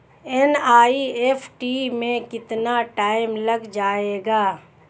NEFT में कितना time लग जाएगा?